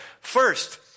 First